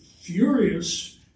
furious